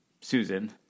Susan